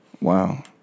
wow